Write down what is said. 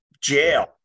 jail